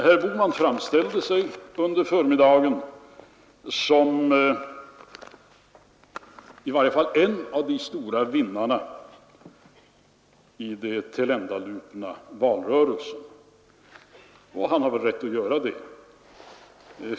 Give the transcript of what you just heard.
Herr Bohman framställde sig under förmiddagen som i varje fall en av de stora vinnarna i den tilländalupna valrörelsen. Och han har väl rätt att göra det!